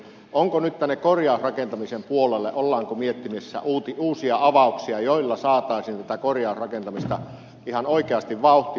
ollaanko nyt tälle korjausrakentamisen puolelle miettimässä uusia avauksia joilla saataisiin tätä korjausrakentamista ihan oikeasti vauhtiin